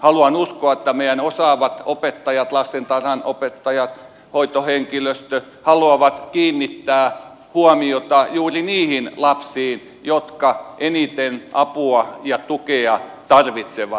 haluan uskoa että meidän osaavat opettajat lastentarhanopettajat hoitohenkilöstö haluavat kiinnittää huomiota juuri niihin lapsiin jotka eniten apua ja tukea tarvitsevat